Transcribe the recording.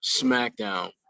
smackdown